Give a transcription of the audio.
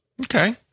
Okay